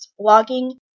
blogging